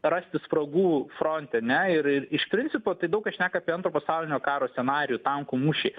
rasti spragų fronte ane ir ir iš principo tai daug kas šneka apie antro pasaulinio karo scenarijų tankų mūšį